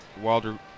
Wilder